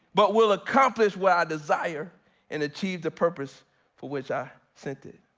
but will accomplish what i desire and achieved the purpose for which i sent it.